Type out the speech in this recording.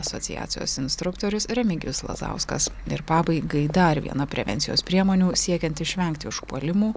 asociacijos instruktorius remigijus lazauskas ir pabaigai dar viena prevencijos priemonių siekiant išvengti užpuolimų